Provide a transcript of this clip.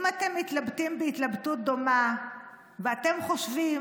אם אתם מתלבטים בהתלבטות דומה ואתם חושבים